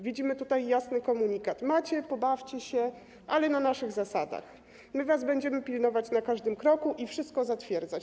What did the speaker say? Widzimy tutaj jasny komunikat: macie, pobawcie się, ale na naszych zasadach, my was będziemy pilnować na każdym kroku i wszystko zatwierdzać.